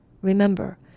remember